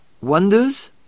wonders